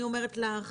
אני אומרת לך,